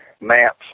maps